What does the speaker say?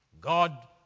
God